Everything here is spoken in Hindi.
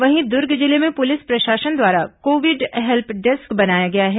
वहीं दुर्ग जिले में पुलिस प्रशासन द्वारा कोविड हेल्प डेस्क बनाया गया है